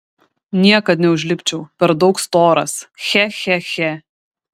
niekad neužlipčiau per daug storas che che che